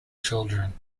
children